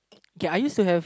kay I used to have